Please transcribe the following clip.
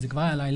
וזה כבר היה לילה.